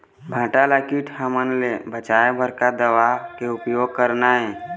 भांटा ला कीट हमन ले बचाए बर का दवा के उपयोग करना ये?